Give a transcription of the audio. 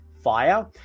fire